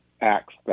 acts